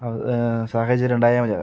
അത് സാഹചര്യം ഉണ്ടായാൽ മതി